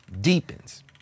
deepens